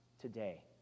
today